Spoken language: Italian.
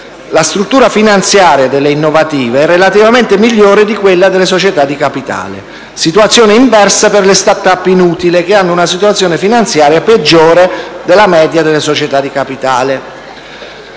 La struttura finanziaria delle *start-up* innovative è relativamente migliore di quella delle società di capitale. Situazione inversa per le *start-up* in utile, che hanno una situazione finanziaria peggiore della media delle società di capitale.